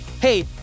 hey